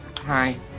Hi